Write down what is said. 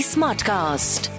Smartcast